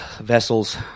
vessels